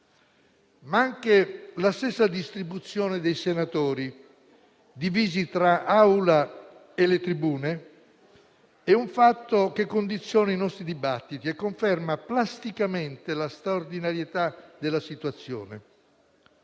sanitaria. La stessa distribuzione dei senatori, divisi tra Aula e tribune, è un fatto che condiziona i nostri dibattiti e conferma plasticamente la straordinarietà della situazione.